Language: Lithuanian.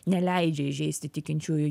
neleidžia įžeisti tikinčiųjų